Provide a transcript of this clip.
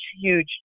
huge